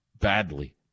badly